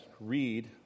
read